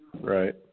Right